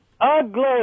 Ugly